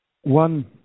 one